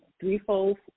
threefold